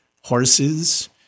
horses